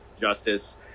justice